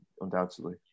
undoubtedly